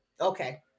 okay